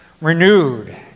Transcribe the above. renewed